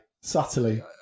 Subtly